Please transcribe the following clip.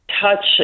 touch